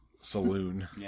Saloon